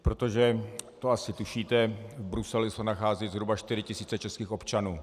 Protože, to asi tušíte, v Bruselu se nacházejí zhruba 4 tisíce českých občanů.